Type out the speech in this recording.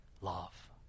love